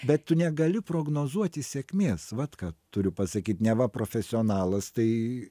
bet tu negali prognozuoti sėkmės vat ką turiu pasakyt neva profesionalas tai